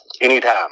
Anytime